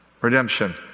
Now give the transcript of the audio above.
Redemption